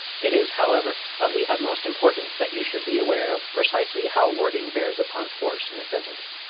it is, however, of the utmost importance that you should be aware of precisely how wording bears upon force in a sentence.